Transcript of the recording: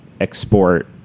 export